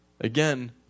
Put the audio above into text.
again